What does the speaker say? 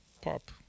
pop